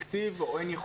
או אין תקציב,